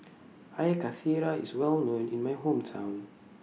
Air Karthira IS Well known in My Hometown